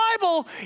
Bible